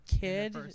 kid